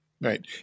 right